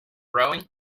rowing